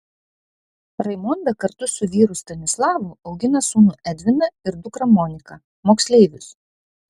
raimonda kartu su vyru stanislavu augina sūnų edviną ir dukrą moniką moksleivius